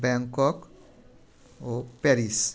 Bangkok ও Paris